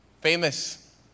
famous